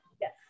Yes